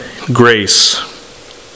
grace